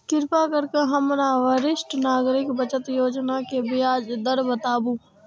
कृपा करके हमरा वरिष्ठ नागरिक बचत योजना के ब्याज दर बताबू